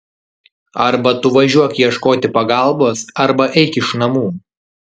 arba tu važiuok ieškoti pagalbos arba eik iš namų